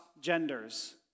genders